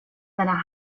seiner